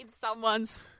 someone's